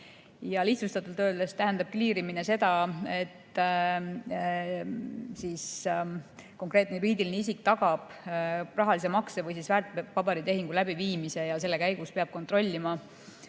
Lihtsustatult öeldes tähendab kliirimine seda, et konkreetne juriidiline isik tagab rahalise makse või väärtpaberitehingu läbiviimise ja selle käigus peab kontrollima, kas